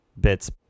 bits